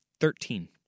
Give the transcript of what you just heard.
Thirteen